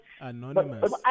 Anonymous